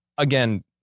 Again